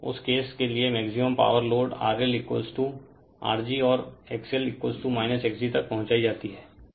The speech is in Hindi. उस केस के लिए मैक्सिमम पावर लोड RLRg और XL X g तक पहुँचाई जातीहै